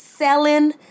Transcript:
Selling